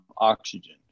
oxygen